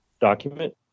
document